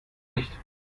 nicht